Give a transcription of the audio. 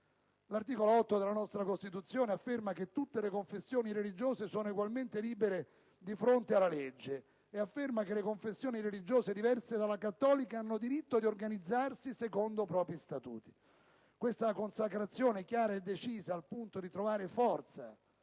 Nell'articolo 8 della nostra Costituzione si afferma: «Tutte le confessioni religiose sono egualmente libere davanti alla legge. Le confessioni religiose diverse dalla cattolica hanno diritto di organizzarsi secondo i propri statuti». Questa consacrazione chiara e decisa al punto di trovare forza